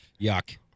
Yuck